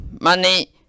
money